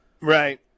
Right